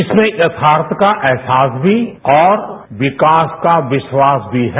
इसमें यथार्थ का एहसास भी और विकास का विश्वास भी है